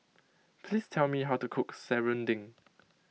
please tell me how to cook Serunding